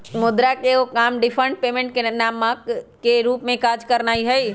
मुद्रा के एगो काम डिफर्ड पेमेंट के मानक के रूप में काज करनाइ हइ